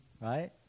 right